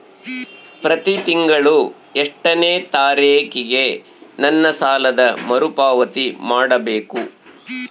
ಪ್ರತಿ ತಿಂಗಳು ಎಷ್ಟನೇ ತಾರೇಕಿಗೆ ನನ್ನ ಸಾಲದ ಮರುಪಾವತಿ ಮಾಡಬೇಕು?